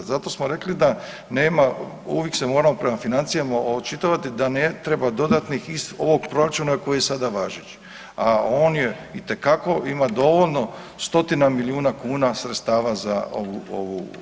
Zato smo rekli da nema, uvijek se moramo prema financijama očitovati da ne treba dodatnih iz ovog proračuna koji je sada važeći, a on je itekako ima dovoljno stotina milijuna kuna sredstava za ovu, ovu namjenu.